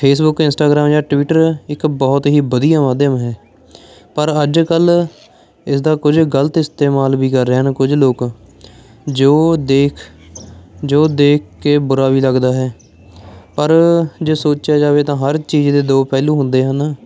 Facebook Instagram ਜਾਂ Twitter ਇੱਕ ਬਹੁਤ ਹੀ ਵਧੀਆ ਮਾਧਿਅਮ ਹੈ ਪਰ ਅੱਜ ਕੱਲ੍ਹ ਇਸ ਦਾ ਕੁਝ ਗਲਤ ਇਸਤੇਮਾਲ ਵੀ ਕਰ ਰਹੇ ਹਨ ਕੁਝ ਲੋਕ ਜੋ ਦੇਖ ਜੋ ਦੇਖ ਕੇ ਬੁਰਾ ਵੀ ਲੱਗਦਾ ਹੈ ਪਰ ਜੇ ਸੋਚਿਆ ਜਾਵੇ ਤਾਂ ਹਰ ਚੀਜ਼ ਦੇ ਦੋ ਪਹਿਲੂ ਹੁੰਦੇ ਹਨ